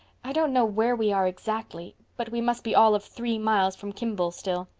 i don't know where we are exactly, but we must be all of three miles from kimballs' still.